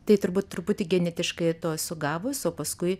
tai turbūt truputį genetiškai to esu gavus o paskui